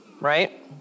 right